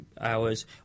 hours